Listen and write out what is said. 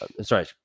Sorry